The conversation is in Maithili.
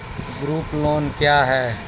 ग्रुप लोन क्या है?